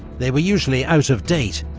they were usually out of date,